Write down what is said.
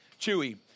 Chewy